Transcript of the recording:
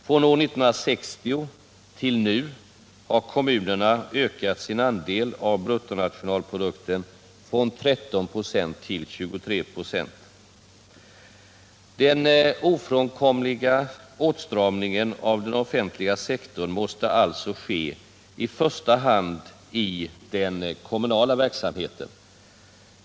Från år 1960 till nu har kommunerna ökat sin andel av bruttonationalprodukten från 13 till 23 X. Den ofrånkomliga åtstramningen av den offentliga sektorn måste alltså ske i första hand i den kommunala verksamheten.